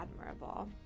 admirable